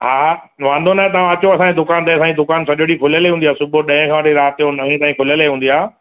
हा वांदो नाहे तव्हां अचो असांजे दुकान ते असांजी दुकान सॼो ॾींहुं खुलियल ई हूंदी आहे सुबुह ॾहें खां वठी राति जो नवें ताईं खुलियल ई हूंदी आहे